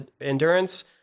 endurance